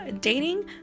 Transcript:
dating